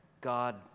God